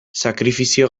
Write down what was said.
sakrifizio